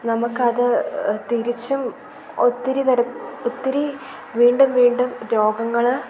നമുക്കത് തിരിച്ചും ഒത്തിരി തര ഒത്തിരി വീണ്ടും വീണ്ടും രോഗങ്ങൾ